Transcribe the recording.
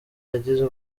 yagizwe